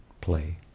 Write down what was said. play